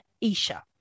Isha